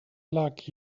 luck